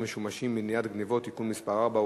משומשים (מניעת גנבות) (תיקון מס' 4,